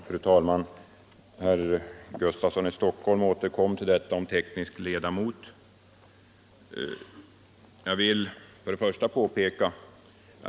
Fru talman! Herr Gustafsson i Stockholm återkom till frågan om teknisk ledamot.